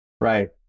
Right